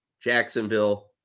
Jacksonville